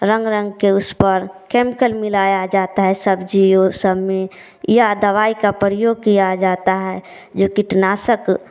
रंग रंग के उस पर केमिकल मिलाया जाता है सब्जी और सब में या दवाई का परयोग किया जाता हैं जो कीटनाशक